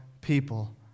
people